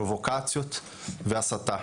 פרובוקציות והסתה.